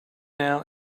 now